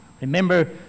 Remember